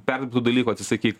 perdirbtų dalykų atsisakyk